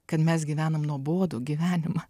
kad mes gyvenam nuobodų gyvenimą